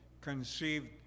conceived